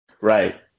Right